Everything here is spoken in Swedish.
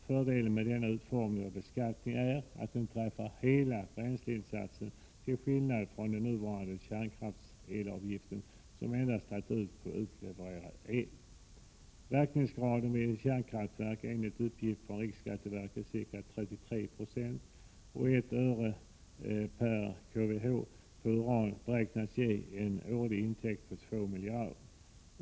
Fördelen med denna utformning av beskattningen är att den träffar hela bränsleinsatsen till skillnad från den nuvarande kärnkraftselavgiften som endast tas ut på utlevererad el. Verkningsgraden vid kärnkraftverk är enligt uppgift från riksskatteverket ca 33 Jo, och en skatt med 1 öre per kWh på uran beräknas ge en årlig intäkt på ca 2 miljarder.